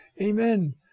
Amen